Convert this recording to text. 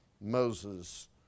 Moses